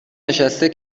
نشسته